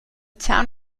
town